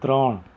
ત્રણ